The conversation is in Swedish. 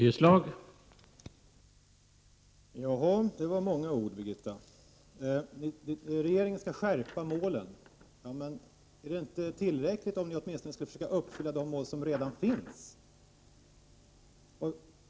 Herr talman! Ja, det var många ord Birgitta Dahl. Regeringen skall skärpa målen. Är det inte tillräckligt om ni åtminstone försöker uppfylla de mål som redan finns?